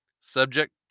subject